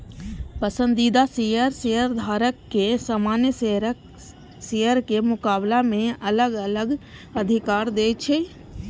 पसंदीदा शेयर शेयरधारक कें सामान्य शेयरक मुकाबला मे अलग अलग अधिकार दै छै